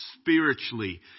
spiritually